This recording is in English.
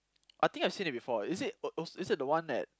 I think I've seen it before is it uh uh is it the one that